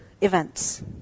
events